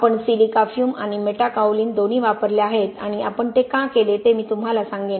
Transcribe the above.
आपण silica fume आणि metakaolin दोन्ही वापरले आहेत आणि आपण ते का केले ते मी तुम्हाला सांगेन